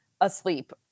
asleep